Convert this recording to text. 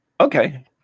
okay